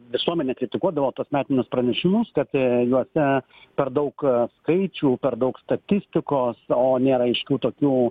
visuomenė kritikuodavo tuos metinius pranešimus kad juose per daug skaičių per daug statistikos o nėra aiškių tokių